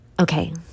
Okay